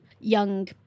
young